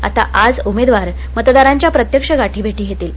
आता आज उमेदवार मतदारांच्या प्रत्यक्ष गाठीभेटी धेतील